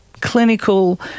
clinical